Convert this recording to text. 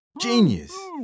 Genius